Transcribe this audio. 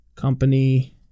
company